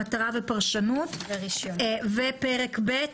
מטרה ופרשנות ופרק ב',